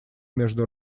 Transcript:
между